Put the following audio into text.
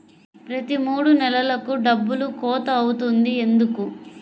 ప్రతి మూడు నెలలకు డబ్బులు కోత అవుతుంది ఎందుకు?